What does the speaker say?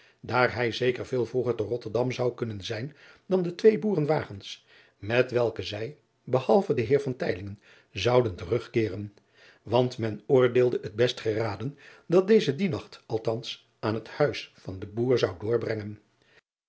daar hij zeker veel vroeger te otterdam zou kunnen zijn dan de twee boeren wagens met welke zij behalve den eer zouden terugkeeren want men oordeelde het best geraden dat deze dien nacht althans aan het huis van den boer zou doorbrengen